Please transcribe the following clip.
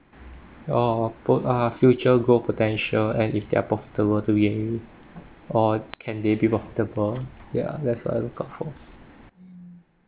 oh put uh future growth potential and if they're profitable to yield or can they be profitable yeah that's what I look out for